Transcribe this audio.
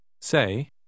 Say